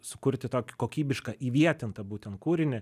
sukurti tokį kokybišką įvietintą būtent kūrinį